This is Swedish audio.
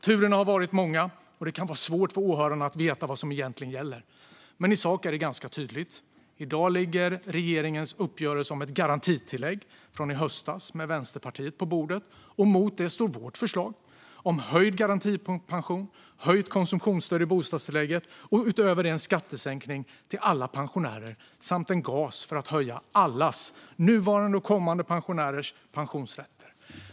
Turerna har varit många, och det kan vara svårt för åhörarna att veta vad som egentligen gäller. Men i sak är det ganska tydligt. I dag ligger regeringens uppgörelse med Vänsterpartiet från i höstas om ett garantitillägg på bordet. Mot det står vårt förslag om höjd garantipension, höjt konsumtionsstöd i bostadstillägget och utöver detta en skattesänkning till alla pensionärer samt en gas för att höja alla pensionärers, nuvarande och kommande, pensionsrätter.